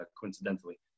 coincidentally